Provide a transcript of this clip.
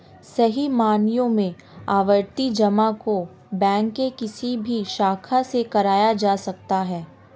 सही मायनों में आवर्ती जमा को बैंक के किसी भी शाखा से कराया जा सकता है